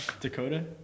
Dakota